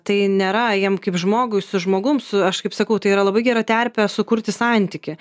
tai nėra jam kaip žmogui su žmogum su aš kaip sakau tai yra labai gera terpė sukurti santykį